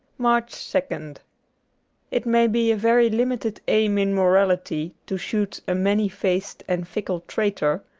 march second it may be a very limited aim in morality to shoot a many-faced and fickle traitor,